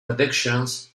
productions